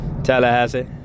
Tallahassee